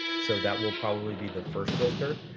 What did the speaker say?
so that will probably be the first filter.